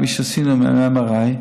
כפי שעשינו עם MRI,